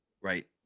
right